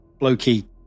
blokey